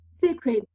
Secret